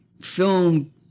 film